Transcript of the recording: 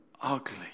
ugly